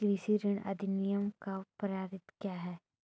कृषि ऋण अधिनियम कब पारित किया गया?